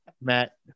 Matt